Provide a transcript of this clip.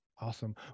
Awesome